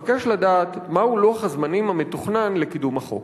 אבקש לדעת מהו לוח הזמנים המתוכנן לקידום החוק.